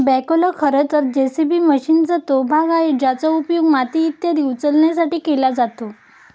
बॅखोला खरं तर जे.सी.बी मशीनचा तो भाग आहे ज्याचा उपयोग माती इत्यादी उचलण्यासाठी केला जातो